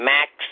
Max